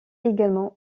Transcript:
également